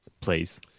Please